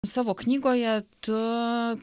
savo knygoje tu